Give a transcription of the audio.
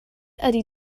ydy